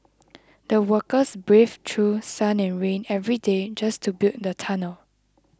the workers braved through sun and rain every day just to build the tunnel